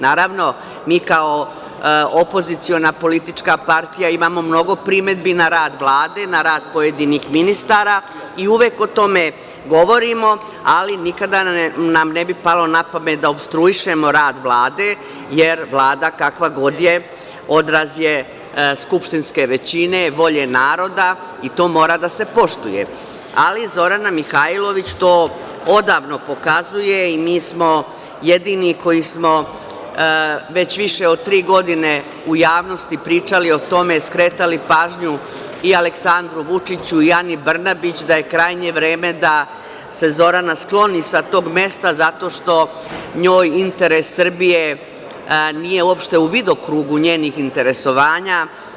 Naravno, mi kao opoziciona politička partija imamo mnogo primedbi na rad Vlade, na rad pojedinih ministara i uvek o tome govorimo, ali nikada nam ne bi palo na pamet da opstruišemo rad Vlade, jer Vlada kakva god da je odraz je skupštinske većine, volje naroda i to mora da se poštuje, ali Zorana Mihajlović to odavno pokazuje i mi smo jedini koji smo, više od tri godine, u javnosti pričali o tome, skretali pažnju i Aleksandru Vučiću i Ani Brnabić da je krajnje vreme da se Zorana skloni sa tog mesta zato što njoj interes Srbije nije uopšte u vidokrugu njenih interesovanja.